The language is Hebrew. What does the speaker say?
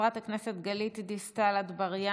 חברת הכנסת גלית דיסטל אטבריאן,